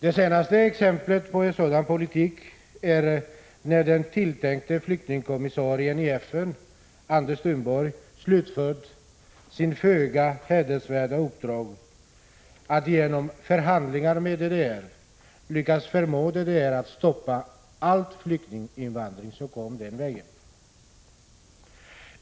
Det senaste exempelet på en sådan politik är när den tilltänkte flyktingkommissarien i FN Anders Thunborg slutförde sitt föga hedervärda uppdrag att genom förhandlingar med DDR lyckas förmå DDR att stoppa all flyktinginvandring som kom den vägen.